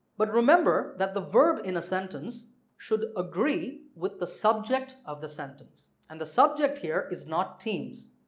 but remember that the verb in a sentence should agree with the subject of the sentence and the subject here is not teams,